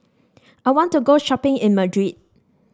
I want to go shopping in Madrid